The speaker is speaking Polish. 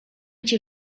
cię